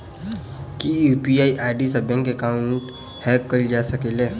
की UPI ID सऽ bank account hack कैल जा सकलिये?